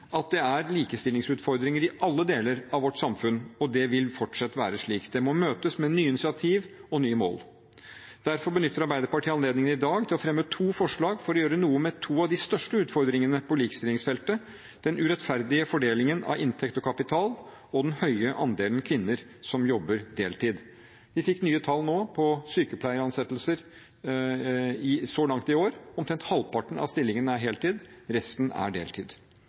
at det er likestillingsutfordringer i alle deler av vårt samfunn, og det vil fortsette å være slik. Det må møtes med nye initiativ og nye mål. Derfor benytter Arbeiderpartiet anledningen i dag til å fremme to forslag for å gjøre noe med to av de største utfordringene på likestillingsfeltet: den urettferdige fordelingen av inntekt og kapital og den høye andelen kvinner som jobber deltid. Vi fikk nå nye tall for sykepleieransettelser så langt i år. Omtrent halvparten av stillingene er heltid, resten er deltid.